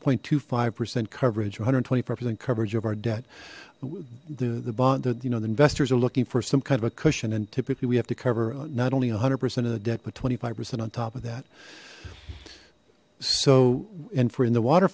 point two five percent coverage one hundred and twenty percent coverage of our debt the the bond that you know the investors are looking for some kind of a cushion and typically we have to cover not only a hundred percent of the debt but twenty five percent on top of that so and for in the water